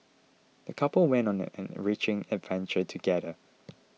the couple went on an enriching adventure together